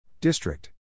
District